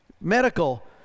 Medical